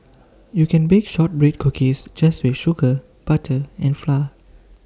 you can bake Shortbread Cookies just with sugar butter and flour